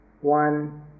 one